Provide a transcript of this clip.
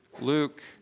Luke